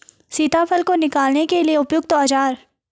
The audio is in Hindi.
सीताफल को निकालने के लिए उपयुक्त औज़ार?